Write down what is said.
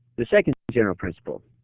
the second general principle,